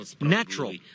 natural